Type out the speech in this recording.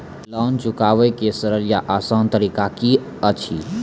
Loan चुकाबै के सरल या आसान तरीका की अछि?